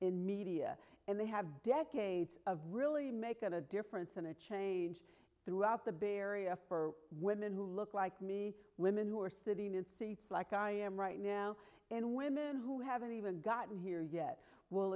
in media and they have decades of really make a difference and a change throughout the bay area for women who look like me women who are sitting in like i am right now and women who haven't even gotten here yet w